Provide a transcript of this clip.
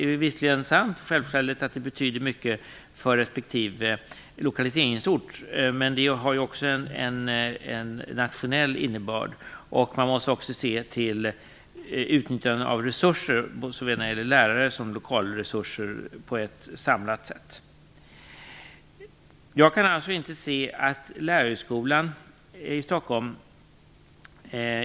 Självfallet är det sant att detta betyder mycket för respektive lokaliseringsort, men det finns också en nationell innebörd. Man måste se utnyttjandet av resurser - både lärar och lokalresurser - på ett samlat sätt.